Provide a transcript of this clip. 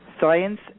Science